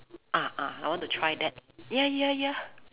ah ah I want to try that ya ya ya